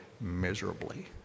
miserably